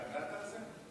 התגעגעת לזה?